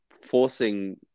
forcing